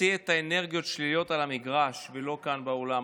שואלים אתכם אם להמשיך או לא.